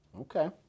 Okay